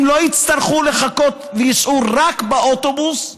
לא יצטרכו לחכות ולנסוע רק באוטובוס,